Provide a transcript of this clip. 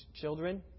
children